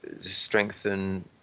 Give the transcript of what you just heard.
strengthen